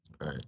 Right